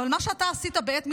אבל מה שאתה עשית בעת מלחמה,